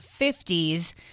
50s